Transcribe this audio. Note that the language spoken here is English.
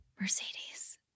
Mercedes